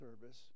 service